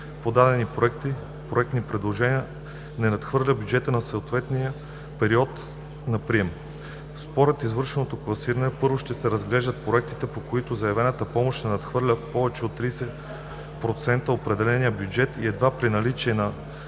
подадени проектни предложения надхвърля бюджета за съответния период на прием. Според извършеното класиране, първо ще се разглеждат проектите, по които заявената помощ не надхвърля с повече от 30% определения бюджет и едва при наличието на